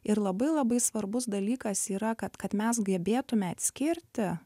ir labai labai svarbus dalykas yra kad kad mes gebėtume atskirti